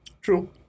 True